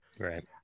right